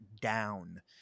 down